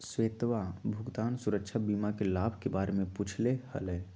श्वेतवा भुगतान सुरक्षा बीमा के लाभ के बारे में पूछते हलय